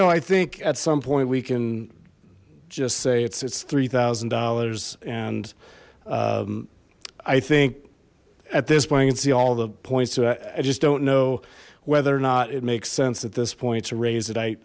know i think at some point we can just say it's it's three thousand dollars and i think at this i can see all the points so i i just don't know whether or not it makes sense at this point to raise it i